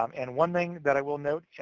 um and one thing that i will note,